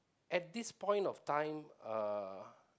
at this point of time uh